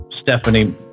Stephanie